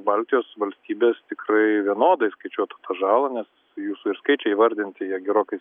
baltijos valstybės tikrai vienodai skaičiuotų tą žalą nes jūsų ir skaičiai įvardinti jie gerokai